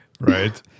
Right